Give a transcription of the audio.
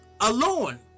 alone